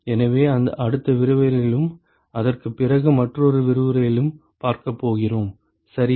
எனவே அடுத்த விரிவுரையிலும் அதற்குப் பிறகு மற்றொரு விரிவுரையிலும் பார்க்கப் போகிறோம் சரியா